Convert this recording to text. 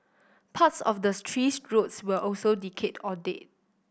parts of the tree's roots were also decayed or dead